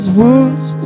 wounds